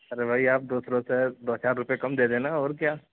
ارے بھائی آپ دوسروں سے دو چار روپے کم دے دینا اور کیا